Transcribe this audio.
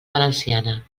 valenciana